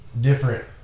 different